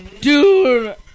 Dude